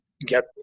get